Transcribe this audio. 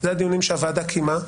זה הדיונים שהוועדה קיימה.